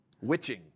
witching